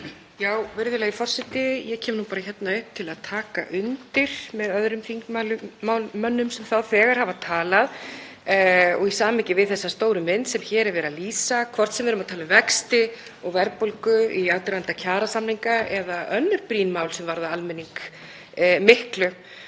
Virðulegi forseti. Ég kem hingað upp til að taka undir með öðrum þingmönnum sem þegar hafa talað og í samhengi við þá stóru mynd sem hér er verið að lýsa, hvort sem við erum að tala um vexti og verðbólgu í aðdraganda kjarasamninga eða önnur brýn mál sem varða almenning miklu